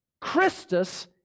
Christus